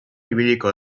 ibiliko